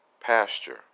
pasture